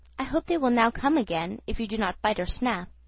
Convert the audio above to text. i hope they will now come again, if you do not bite or snap.